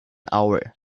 hour